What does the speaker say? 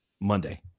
Monday